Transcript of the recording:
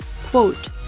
quote